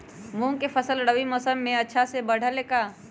मूंग के फसल रबी मौसम में अच्छा से बढ़ ले का?